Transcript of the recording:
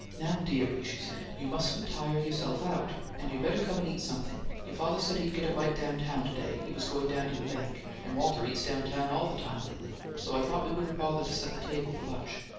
now, dearie, she said, you mustn't tire yourself out, and you'd better come and eat something. your father said he'd get a bite down-town to-day he was going down to the bank and walter eats down-town all the time lately, so i thought we wouldn't bother to set the table for lunch.